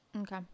Okay